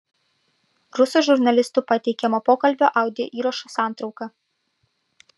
rusų žurnalistų pateikiamo pokalbio audio įrašo santrauka